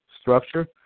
structure